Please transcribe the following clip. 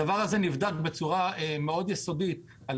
הדבר הזה נבדק בצורה מאוד יסודית על